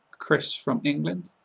chris from england.